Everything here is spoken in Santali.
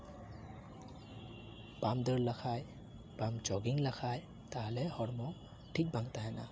ᱵᱟᱢ ᱫᱟᱹᱲ ᱞᱮᱠᱷᱟᱡ ᱵᱟᱢ ᱡᱳᱜᱤᱝ ᱞᱮᱠᱷᱟᱡ ᱛᱟᱦᱚᱞᱮ ᱦᱚᱲᱢᱚ ᱴᱷᱤᱠ ᱵᱟᱝ ᱛᱟᱦᱮᱱᱟ